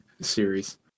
series